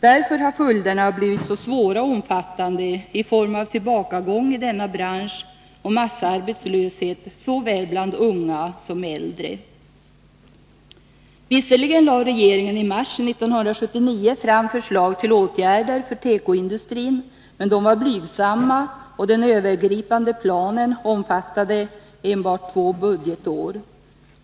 Därför har 2 följderna blivit så svåra och omfattande i form av tillbakagång inom denna bransch och massarbetslöshet bland såväl unga som äldre. Visserligen lade regeringen i mars 1979 fram förslag till åtgärder för tekoindustrin, men de var blygsamma, och den övergripande planen omfattade bara två budgetår.